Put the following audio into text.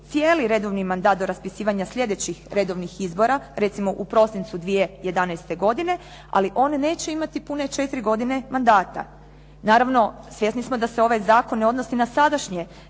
cijeli redovni mandat do raspisivanja sljedećih redovnih izbora recimo u prosincu 2011. godine, ali on neće imati pune četiri godine mandata. Naravno, svjesni smo da se ovaj zakon ne odnosi na sadašnje